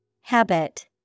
Habit